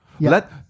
Let